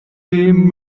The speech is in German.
dem